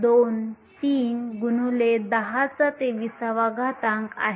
023 x 1023 आहे